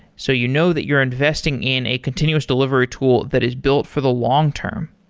so you know that you're investing in a continuous delivery tool that is built for the long-term.